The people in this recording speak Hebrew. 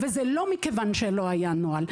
זה לא מכיוון שלא היה נוהל,